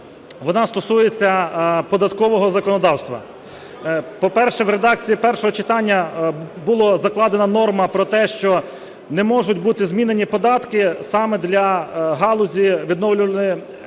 вона стосується податкового законодавства. По-перше, в редакції першого читання було закладено норму про те, що не можуть бути змінені податки саме для галузі відновлювальної енергії.